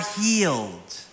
healed